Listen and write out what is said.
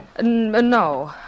No